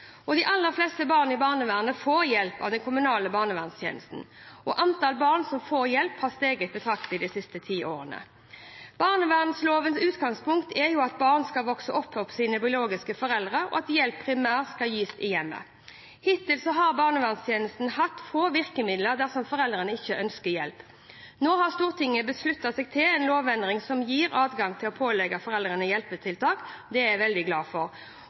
De aller fleste barna i barnevernet får hjelp av den kommunale barnevernstjenesten, og antall barn som får hjelp, har steget betraktelig de siste ti årene. Barnevernslovens utgangspunkt er at barn skal vokse opp hos sine biologiske foreldre, og at hjelp primært skal gis i hjemmet. Hittil har barnevernstjenesten hatt få virkemidler dersom foreldrene ikke ønsker hjelp. Nå har Stortinget sluttet seg til en lovendring som gir adgang til å pålegge foreldrene hjelpetiltak, og det er jeg veldig glad for.